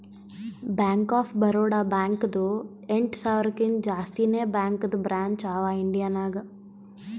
bank of Baroda ಬ್ಯಾಂಕ್ದು ಎಂಟ ಸಾವಿರಕಿಂತಾ ಜಾಸ್ತಿನೇ ಬ್ಯಾಂಕದು ಬ್ರ್ಯಾಂಚ್ ಅವಾ ಇಂಡಿಯಾ ನಾಗ್